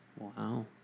Wow